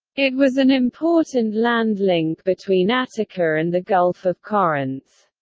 it was an important land link between attica and the gulf of corinth.